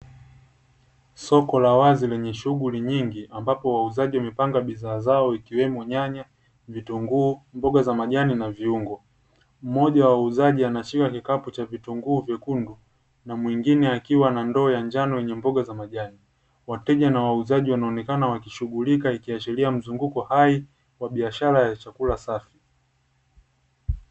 Soko la wazi lenye shughuli nyingi, ambapo wauzaji wamepanga bidhaa zao, ikiwemo nyanya, vitunguu, mboga za majani, na viungo. Mmoja wa wauzaji anashika kikapu cha vitunguu vyekundu, na mwingine akiwa na ndoo ya njano yenye mboga za majani. Wateja na wauzaji wanaonekana wakishughulika, ikiashiria mzunguko hai wa biashara ya chakula safi.